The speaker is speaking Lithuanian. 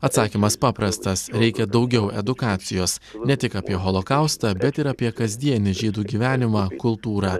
atsakymas paprastas reikia daugiau edukacijos ne tik apie holokaustą bet ir apie kasdienį žydų gyvenimą kultūrą